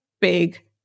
big